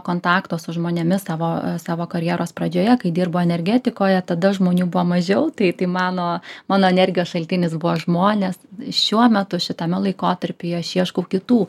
kontakto su žmonėmis savo savo karjeros pradžioje kai dirbau energetikoje tada žmonių buvo mažiau tai tai mano mano energijos šaltinis buvo žmonės šiuo metu šitame laikotarpyje aš ieškau kitų